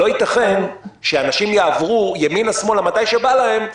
לא ייתכן שאנשים יעברו ימינה ושמאלה מתי שבא להם,